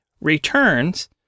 returns